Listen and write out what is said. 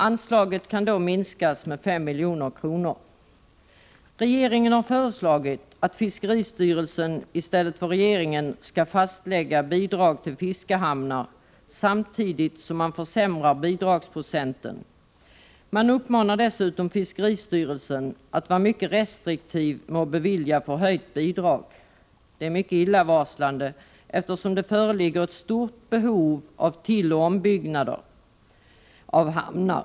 Anslaget kan då minskas med 5 milj.kr. Regeringen har föreslagit att fiskeristyrelsen i stället för regeringen skall fastlägga bidrag till fiskehamnar samtidigt som man försämrar bidragsprocenten. Man uppmanar dessutom fiskeristyrelsen att vara mycket restriktiv med att bevilja förhöjt bidrag. Det är mycket illavarslande, eftersom det föreligger ett stort behov av tilloch ombyggnader av hamnar.